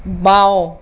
বাওঁ